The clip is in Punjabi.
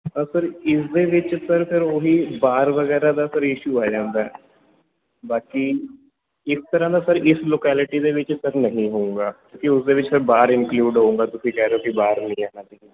ਤਾਂ ਸਰ ਇਸ ਦੇ ਵਿੱਚ ਸਰ ਫਿਰ ਉਹੀ ਬਾਰ ਵਗੈਰਾ ਦਾ ਸਰ ਇਸ਼ੂ ਆ ਜਾਂਦਾ ਬਾਕੀ ਇਸ ਤਰ੍ਹਾਂ ਦਾ ਸਰ ਇਸ ਲੋਕੈਲਟੀ ਦੇ ਵਿੱਚ ਸਰ ਨਹੀਂ ਹੋਊਗਾ ਕਿਉਂਕਿ ਉਸਦੇ ਵਿੱਚ ਸਰ ਬਾਰ ਇਨਕਲੂਡ ਹੋਊਗਾ ਤੁਸੀਂ ਕਹਿ ਰਹੇ ਹੋ ਕਿ ਬਾਰ ਨਹੀਂ